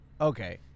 okay